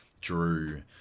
Drew